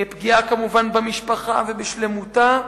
פגיעה, כמובן, במשפחה ובשלמותה.